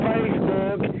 Facebook